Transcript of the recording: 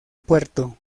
puerto